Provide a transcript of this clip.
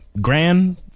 grand